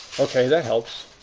okay, that helps.